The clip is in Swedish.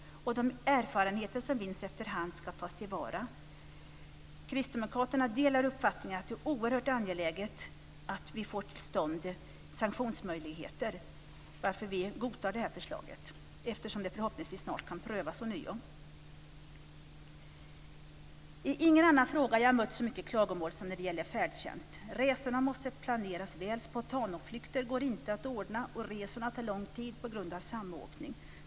De erfarenheter som vinns efterhand ska tas till vara. Kristdemokraterna delar uppfattningen att det är oerhört angeläget att få till stånd sanktionsmöjligheter, varför vi godtar förslaget eftersom det förhoppningsvis snart kan prövas ånyo. Inte i någon annan fråga har jag mött så mycket klagomål som i frågan om färdtjänsten. Resorna måste planeras väl. Spontanutflykter går det inte att ordna. Resorna tar lång tid på grund av samåkning.